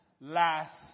last